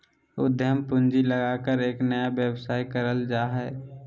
उद्यम पूंजी लगाकर एक नया व्यवसाय करल जा हइ